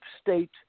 state